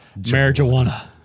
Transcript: marijuana